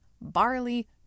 barley